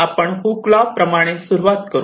आपण Hooke law Hooke's law प्रमाणे सुरुवात करू